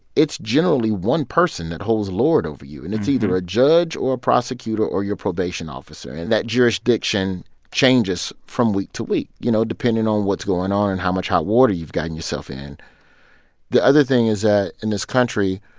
it's generally one person that holds lord over you. and it's either a judge or a prosecutor or your probation officer. and that jurisdiction changes from week to week, you know, depending on what's going on and how much hot water you've gotten yourself in the other thing is that ah in this country,